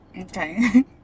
Okay